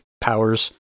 powers